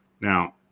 Now